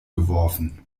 geworfen